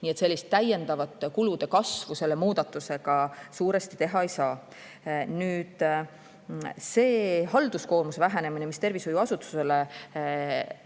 Nii et täiendavat kulude kasvu selle muudatusega suuresti teha ei saa. Nüüd see halduskoormuse vähenemine, mis tervishoiuasutusele